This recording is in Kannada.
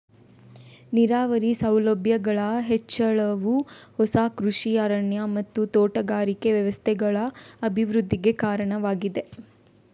ನೀರಾವರಿ ಸೌಲಭ್ಯಗಳ ಹೆಚ್ಚಳವು ಹೊಸ ಕೃಷಿ ಅರಣ್ಯ ಮತ್ತು ತೋಟಗಾರಿಕೆ ವ್ಯವಸ್ಥೆಗಳ ಅಭಿವೃದ್ಧಿಗೆ ಕಾರಣವಾಗಿದೆ